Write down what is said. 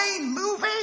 movie